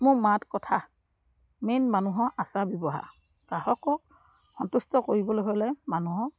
মোৰ মাত কথা মেইন মানুহৰ আচাৰ ব্যৱহাৰ গ্ৰাহকক সন্তুষ্ট কৰিবলৈ হ'লে মানুহক